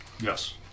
Yes